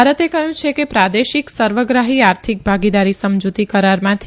ભારતે કહયું છે કે પ્રાદેશિક સર્વગ્રાહી આર્થિક ભાગીદારી સમજતી કરારમાંથી